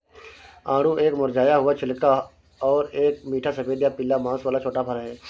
आड़ू एक मुरझाया हुआ छिलका और एक मीठा सफेद या पीला मांस वाला छोटा फल है